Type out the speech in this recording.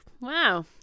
Wow